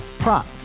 Prop